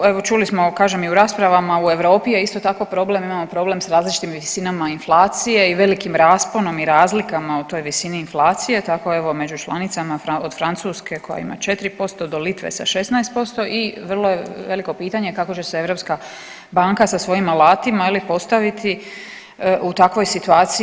U evo čuli smo kažem i u raspravama u Europi je isto tako problem, imamo problem s različitim visinama inflacije i velikim rasponom i razlikama u toj visini inflacije tako evo među članicama od Francuske koja ima 4% do Litve sa 16% i vrlo je veliko pitanje kako će se Europska banka sa svojim alatima je li postaviti u takvoj situaciji.